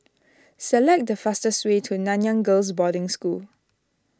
select the fastest way to Nanyang Girls' Boarding School